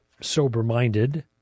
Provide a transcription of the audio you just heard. sober-minded